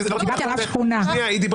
דיברתי על רב שכונה.